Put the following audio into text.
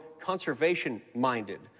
conservation-minded